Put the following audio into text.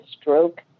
stroke